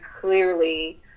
clearly